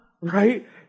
right